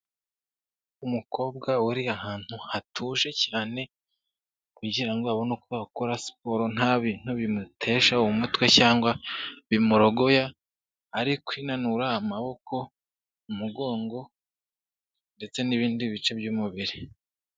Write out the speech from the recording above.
Umukobwa uri ahantu hatuje cyane, kugira ngo abone uko akora siporo nta bintu bimutesha umutwe cyangwa bimurogoya, ari kwinanura amaboko, umugongo, ndetse n'ibindi bice by'umubiri.